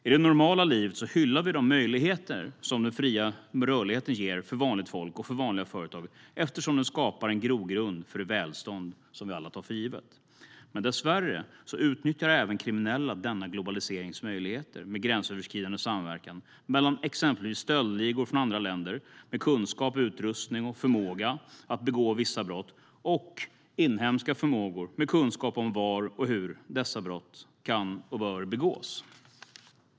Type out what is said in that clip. I det normala livet hyllar vi de möjligheter som den fria rörligheten ger för vanligt folk och för vanliga företag, eftersom den skapar en grogrund för det välstånd som vi alla tar för givet. Men dessvärre utnyttjar även kriminella globaliseringens möjligheter med gränsöverskridande samverkan mellan exempelvis stöldligor från andra länder med kunskap, utrustning och förmåga att begå vissa brott och inhemska förmågor med kunskap om var och hur dessa brott kan och bör begås.